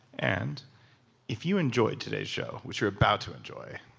and if you enjoyed today's show, which you're about to enjoy,